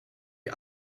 die